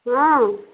ହଁ